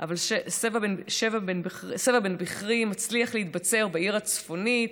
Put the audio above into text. אבל שבע בן בכרי מצליח להתבצר בעיר הצפונית